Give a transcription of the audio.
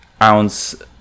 ounce